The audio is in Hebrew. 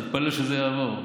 תתפלל שזה יעבור,